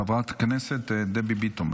חברת הכנסת דבי ביטון,